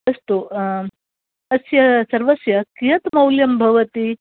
अस्तु अस्य सर्वस्य कियद् मौल्यं भवति